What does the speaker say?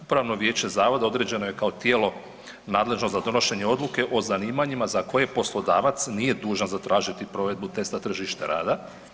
Upravno vijeće zavoda određeno je kao tijelo nadležno za donošenje odluke o zanimanjima za koje poslodavac nije dužan zatražiti provedbu testa tržišta rada.